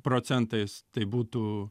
procentais tai būtų